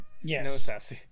Yes